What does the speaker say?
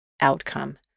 outcome